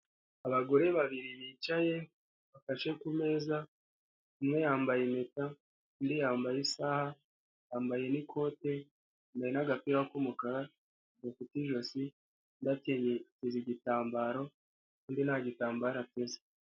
Abagore babiri bicaye bafashe kumeza umwe yambaye impeta undi yambaye isaha yambaye n'ikote, yambaye n'agapira k'umukara gafite ijosi, undi ateze igitambaro undi nta gitambaro ateze.